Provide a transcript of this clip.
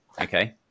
okay